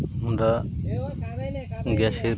আমরা গ্যাসের